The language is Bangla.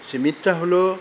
সেই মিথটা হল